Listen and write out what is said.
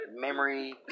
memory